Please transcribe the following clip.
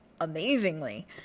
amazingly